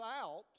out